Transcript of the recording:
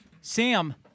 Sam